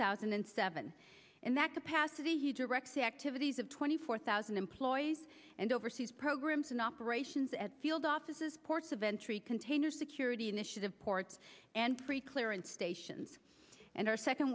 thousand and seven in that capacity he directs the activities of twenty four thousand employees and oversees programs and operations at field offices ports of entry container security initiative ports and pre clearance stations and our second